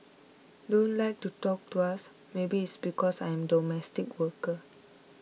don't like to talk to us maybe it's because I am domestic worker